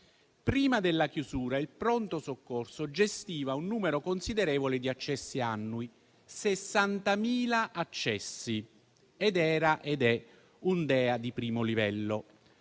Prima della chiusura, il pronto soccorso gestiva un numero considerevole di accessi annui (60.000) ed era ed è un DEA di primo livello.